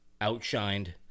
Outshined